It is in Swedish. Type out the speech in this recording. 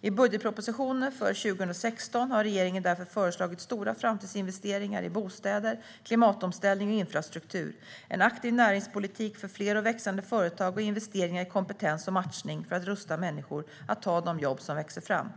I budgetpropositionen för 2016 har regeringen därför föreslagit stora framtidsinvesteringar i bostäder, klimatomställning och infrastruktur, en aktiv näringspolitik för fler och växande företag och investeringar i kompetens och matchning för att rusta människor att ta de jobb som växer fram.